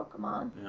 Pokemon